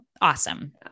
awesome